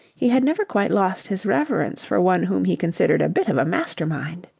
he had never quite lost his reverence for one whom he considered a bit of a master-mind.